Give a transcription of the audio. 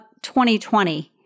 2020